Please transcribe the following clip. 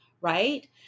Right